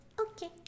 okay